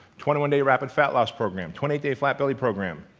twenty one day rapid fat-loss program. twenty eight day flat belly program.